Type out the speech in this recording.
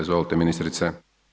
Izvolite ministrice.